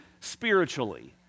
Spiritually